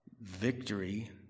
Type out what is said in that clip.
Victory